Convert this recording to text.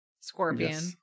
Scorpion